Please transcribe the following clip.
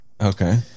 Okay